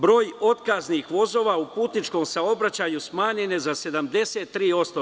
Broj otkaznih vozova u putničkom saobraćaju smanjen je za 73%